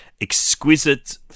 exquisite